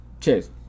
Cheers